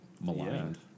Maligned